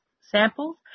samples